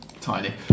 tiny